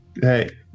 Hey